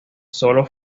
solo